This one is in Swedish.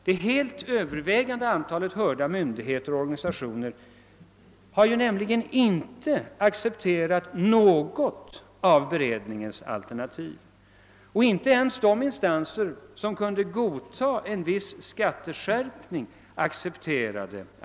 Det helt övervägande antalet hörda myndigheter och organisationer har inte accepterat något av beredningens alternativ, inte ens de instanser som sagt sig kunna godta en viss skatteskärpning.